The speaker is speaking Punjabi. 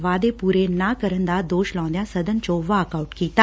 ਵਾਅਦੇ ਪੁਰੇ ਨਾ ਕਰਨ ਦਾ ਦੋਸ਼ ਲਾਉਂਦਿਆਂ ਸਦਨ ਚੋ ਵਾਕ ਆਉਟ ਕੀਤਾ